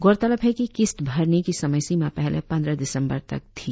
गौरतलब है कि किस्त भरने की समय सीमा पहले पंद्रह दिसम्बर तक थी